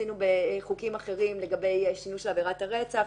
שעשינו בחוקים אחרים לגבי שינוי של עבירת הרצח.